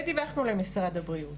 ודיווחנו למשרד הבריאות.